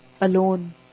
Alone